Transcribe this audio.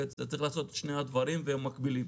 שצריך לעשות את שני הדברים והם מקבילים.